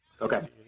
Okay